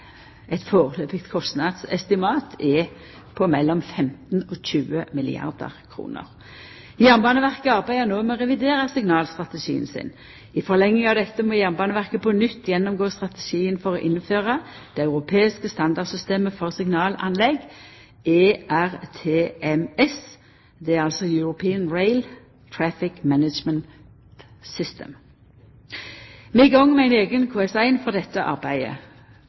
Eit førebels kostnadsestimat er på mellom 15 og 20 milliardar kr. Jernbaneverket arbeider no med å revidera signalstrategien sin. I forlenginga av dette må Jernbaneverket på nytt gjennomgå strategien for å innføra det europeiske standardsystemet for signalanlegg, ERTMS, European Railway Traffic Management System. Vi er i gang med ein eigen KS1 for dette arbeidet.